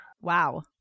wow